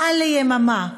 מעל יממה.